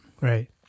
right